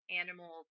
animal